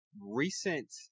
recent